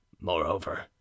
Moreover